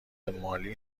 مالی